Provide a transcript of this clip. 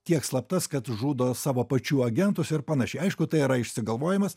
tiek slaptas kad žudo savo pačių agentus ir panašiai aišku tai yra išsigalvojimas